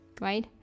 right